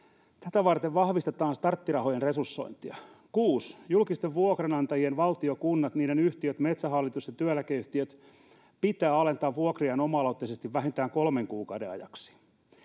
tätä varten vahvistetaan starttirahojen resursointia kuudennen julkisten vuokranantajien valtio kunnat niiden yhtiöt metsähallitus ja työeläkeyhtiöt pitää alentaa vuokriaan oma aloitteisesti vähintään kolmen kuukauden ajaksi